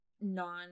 non